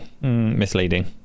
misleading